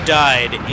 died